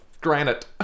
granite